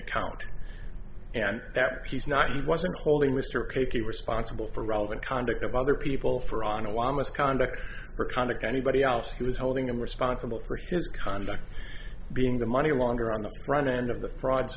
account and that he's not he wasn't holding mr keiki responsible for relevant conduct of other people for on a while misconduct or conduct anybody else who was holding him responsible for his conduct being the money longer on the front end of the fraud